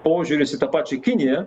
požiūris į tą pačią kiniją